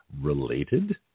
related